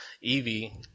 Evie